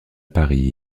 paris